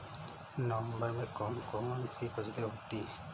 नवंबर में कौन कौन सी फसलें होती हैं?